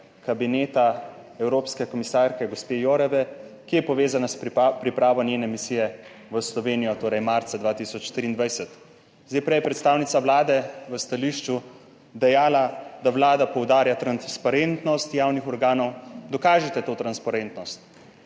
kabineta evropske komisarke, gospe Věre Jourove, ki je povezana s pripravo njene misije v Slovenijo, torej marca 2023. Zdaj, prej je predstavnica Vlade v stališču dejala, da Vlada poudarja transparentnost javnih organov. Dokažite to transparentnost!